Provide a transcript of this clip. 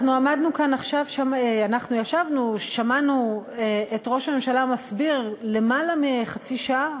אנחנו ישבנו ושמענו את ראש הממשלה מסביר למעלה מחצי שעה